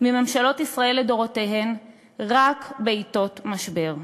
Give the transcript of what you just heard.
מממשלות ישראל לדורותיהן רק בעתות משבר,